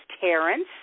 Terrence